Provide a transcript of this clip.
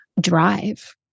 drive